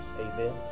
Amen